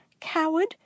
coward